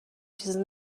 چیزی